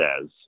says